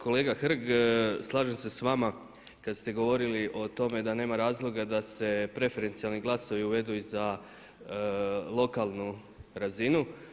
Kolega Hrg, slažem se s vama kad ste govorili o tome da nema razloga da se preferencijalni glasovi uvedu i za lokalnu razinu.